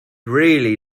really